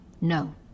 No